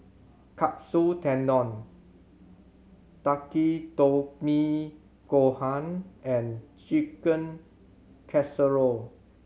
Katsu Tendon Takikomi Gohan and Chicken Casserole